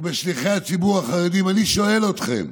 ובשליחי הציבור החרדי, אני שואל אתכם,